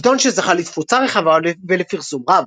עיתון שזכה לתפוצה רחבה ולפרסום רב.